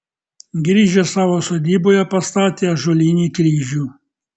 grįžęs savo sodyboje pastatė ąžuolinį kryžių